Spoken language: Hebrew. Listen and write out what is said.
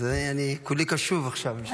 אני כולי קשוב עכשיו.